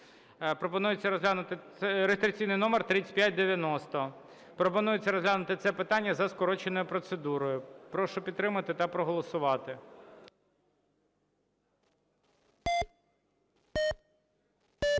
пропонується розглянути це питання за скороченою процедурою. Прошу підтримати та проголосувати.